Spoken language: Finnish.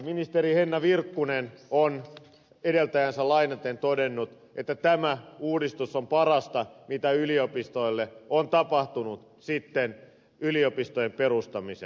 ministeri henna virkkunen on edeltäjäänsä lainaten todennut että tämä uudistus on parasta mitä yliopistoille on tapahtunut sitten yliopistojen perustamisen